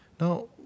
Now